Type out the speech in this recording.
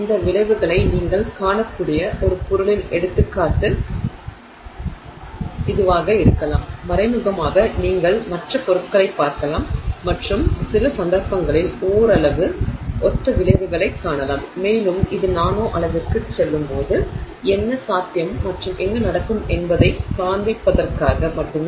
இந்த விளைவுகளை நீங்கள் காணக்கூடிய ஒரு பொருளின் எடுத்துக்காட்டு இதுவாக இருக்கலாம் மறைமுகமாக நீங்கள் மற்ற பொருட்களைப் பார்க்கலாம் மற்றும் சில சந்தர்ப்பங்களில் ஓரளவு ஒத்த விளைவுகளைக் காணலாம் மேலும் இது நானோ அளவிற்குச் செல்லும்போது என்ன சாத்தியம் மற்றும் என்ன நடக்கும் என்பதைக் காண்பிப்பதற்காக மட்டுமே